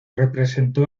representó